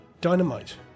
Dynamite